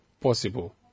possible